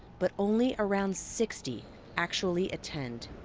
but only around sixty actually attend.